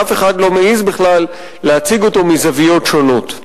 ואף אחד לא מעז בכלל להציג אותו מזוויות שונות.